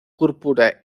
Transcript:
púrpura